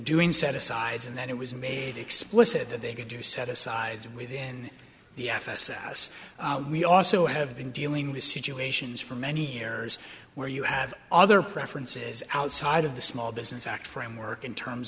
doing set asides and then it was made explicit that they could do set aside within the f s s we also have been dealing with situations for many years where you have other preferences outside of the small business act framework in terms